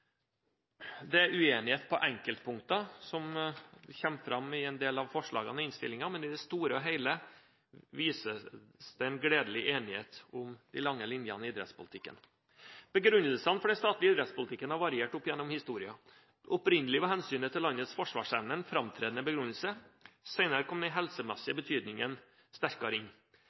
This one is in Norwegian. Det er uenighet på enkeltpunkter, som kommer fram i en del av forslagene i innstillingen, men i det store og hele vises det en gledelig enighet om de lange linjene i idrettspolitikken. Begrunnelsene for den statlige idrettspolitikken har variert opp gjennom historien. Opprinnelig var hensynet til landets forsvarsevne en framtredende begrunnelse. Senere kom den helsemessige betydningen sterkere inn.